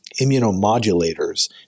immunomodulators